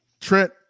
Trent